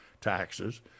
taxes